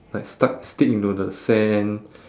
like stuck stick into the sand